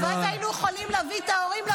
הלוואי שהיינו יכולים להביא את ההורים לפודיום.